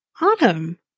Autumn